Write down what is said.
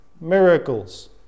miracles